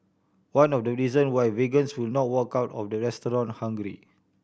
one of the reason why vegans will not walk out of the restaurant hungry